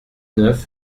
neuf